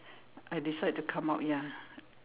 I decide to come out ya